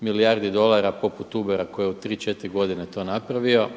milijardi dolara poput UBER-a koji je u tri, četiri godine to napravio.